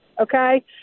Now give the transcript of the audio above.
okay